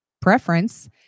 preference